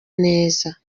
neza